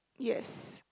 yes